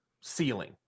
ceiling